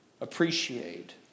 Appreciate